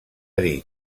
dir